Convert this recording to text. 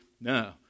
No